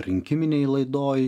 rinkiminėj laidoj